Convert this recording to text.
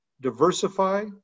diversify